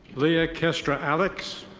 leah castra alex.